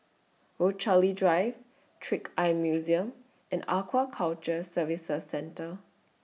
Rochalie Drive Trick Eye Museum and Aquaculture Services Centre